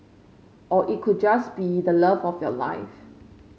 or it could just be the love of your life